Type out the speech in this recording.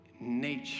nature